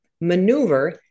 maneuver